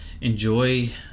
enjoy